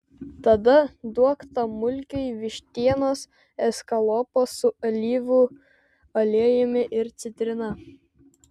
tada duok tam mulkiui vištienos eskalopo su alyvų aliejumi ir citrina